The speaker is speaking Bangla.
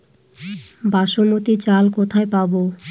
বাসমতী চাল কোথায় পাবো?